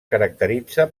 caracteritza